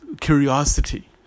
curiosity